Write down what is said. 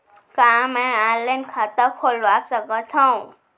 का मैं ऑनलाइन खाता खोलवा सकथव?